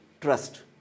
trust